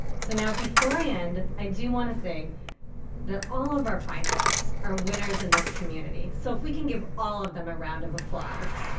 so now before i end i do want to say that all of our finalists are winners in this community so if we can give all of them a round of applause.